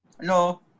Hello